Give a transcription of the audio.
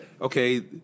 Okay